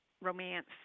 romance